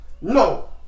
No